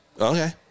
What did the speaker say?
Okay